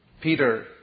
Peter